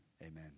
Amen